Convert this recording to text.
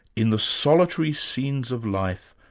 in the solitary scenes of life,